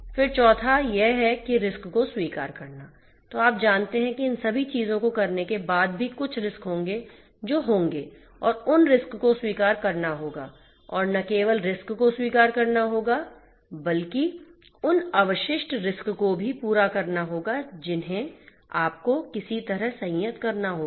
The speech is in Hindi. फिर चौथा यह है कि रिस्क को स्वीकार करना तो आप जानते हैं कि इन सभी चीजों को करने के बाद भी कुछ रिस्क होंगे जो होंगे और उन रिस्क को स्वीकार करना होगा और न केवल रिस्क को स्वीकार करना होगा बल्कि उन अवशिष्ट रिस्क को भी पूरा करना होगा जिन्हें आपको किसी तरह संयत करना होगा